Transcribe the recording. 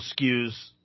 skews